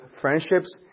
friendships